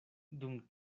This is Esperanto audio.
dum